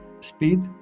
speed